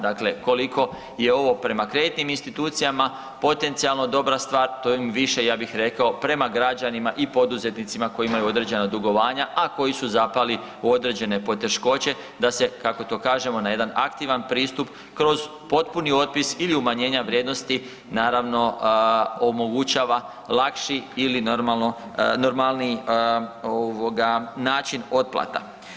Dakle, koliko je ovo prema kreditnim institucijama potencijalno dobra stvar, to je više, ja bih rekao prema građanima i poduzetnicima koji imaju određena dugovanja, a koji su zapali u određene poteškoće, da se, kako to kažemo, na jedan aktivan pristup, kroz potpuni otpis ili umanjenja vrijednosti, naravno, omogućava lakši ili normalno, normalniji način otplata.